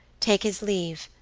take his leave,